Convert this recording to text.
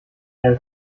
deine